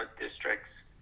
districts